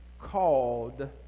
called